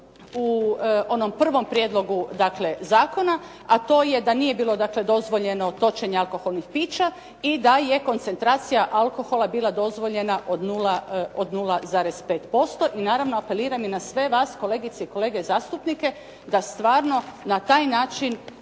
u onom prvom prijedlogu zakon, a to je da nije bilo dakle dozvoljeno točenje alkoholnih pića i da je koncentracija alkohola bila dozvoljena od 0,5% i naravno i apeliram i na sve vas kolegice i kolege zastupnike da stvarno na taj način